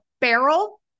barrel